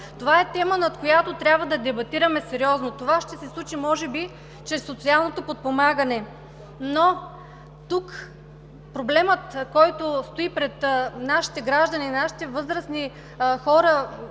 Това е тема, над която трябва да дебатираме сериозно. Това ще се случи може би чрез социалното подпомагане, но тук проблемът, който стои пред нашите граждани, нашите възрастни хора